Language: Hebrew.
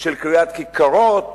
של קריאת כיכרות